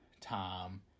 time